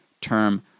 term